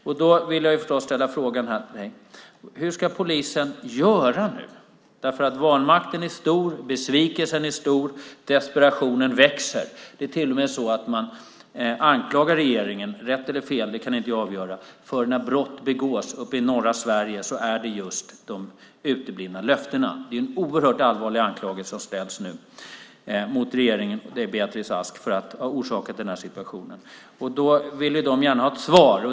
Därför vill jag förstås ställa frågan: Hur ska polisen nu göra? Vanmakten är stor. Besvikelsen är också stor, och desperationen växer. Det är till och med så att man anklagar regeringen - rätt eller fel kan inte jag avgöra - för uteblivna löften när brott begås uppe i norra Sverige. Det är en oerhört allvarlig anklagelse som nu riktas mot regeringen och Beatrice Ask för att ha orsakat den här situationen. De vill gärna ha ett svar.